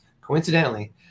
Coincidentally